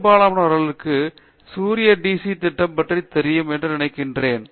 பெரும்பாலானவர்களுக்கு சூரிய DC திட்டம் பற்றி தெரியும் என்று நினைக்கிறேன்